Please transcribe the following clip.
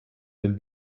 den